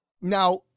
Now-